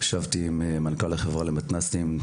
ישבתי עם מנכ״ל החברה למתנ"סים,